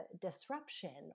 disruption